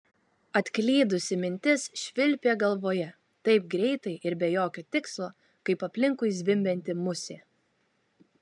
atklydusi mintis švilpė galvoje taip greitai ir be jokio tikslo kaip aplinkui zvimbianti musė